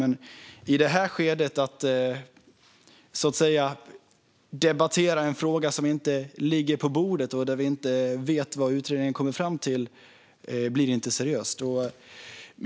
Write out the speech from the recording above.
Att i det här skedet debattera en fråga som inte ligger på bordet och där vi inte vet vad utredningen ska komma fram till blir inte seriöst.